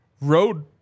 road